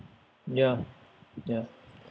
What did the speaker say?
yeah yeah